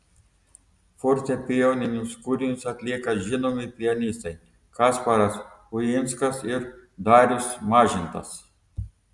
fortepijoninius kūrinius atlieka žinomi pianistai kasparas uinskas ir darius mažintas